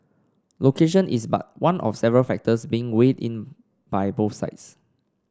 location is but one of several factors being weighed in by both sides